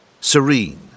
serene